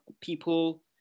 people